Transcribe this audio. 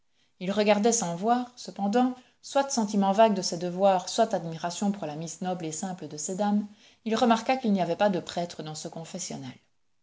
il regardait sans voir cependant soit sentiment vague de ses devoirs soit admiration pour la mise noble et simple de ces dames il remarqua qu'il n'y avait pas de prêtre dans ce confessionnal